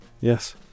Yes